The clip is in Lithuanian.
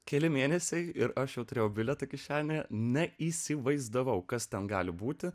keli mėnesiai ir aš jau turėjau bilietą kišenėje neįsivaizdavau kas ten gali būti